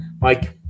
Mike